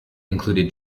included